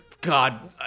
God